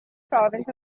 province